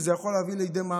שזה יכול להביא לידי מוות.